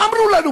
מה אמרו לנו?